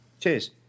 Cheers